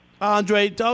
Andre